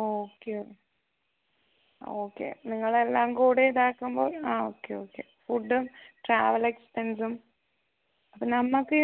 okay okay നിങ്ങളെല്ലാം കൂടെ ഇതാക്കുമ്പോൾ ആ ഓക്കേ ഓക്കേ ഫുഡും ട്രാവൽ എക്സ്പെൻസും അപ്പം നമുക്ക്